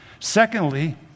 Secondly